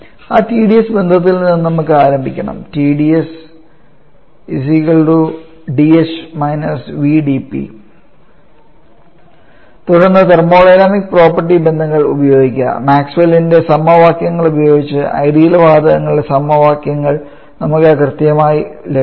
ആ Tds ബന്ധത്തിൽ നിന്നും നമുക്ക് ആരംഭിക്കണം തുടർന്ന് തെർമോഡൈനാമിക് പ്രോപ്പർട്ടി ബന്ധങ്ങൾ ഉപയോഗിക്കുക മാക്സ്വെല്ലിന്റെ സമവാക്യങ്ങൾ ഉപയോഗിച്ച് ഐഡിയൽ വാതകങ്ങളുടെ സമവാക്യങ്ങൾ നമുക്ക് കൃത്യമായി ലഭിക്കും